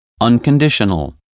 Unconditional